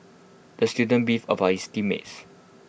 the student beefed about his team mates